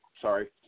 sorry